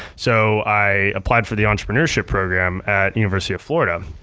so, i applied for the entrepreneurship program at university of florida,